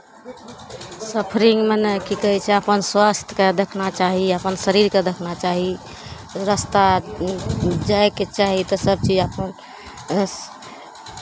सफरिंगमे ने की कहै छै अपन स्वास्थ्यकेँ देखना चाही अपन शरीरकेँ देखना चाही रस्ता जायके चाही तऽ सभचीज अपन रस्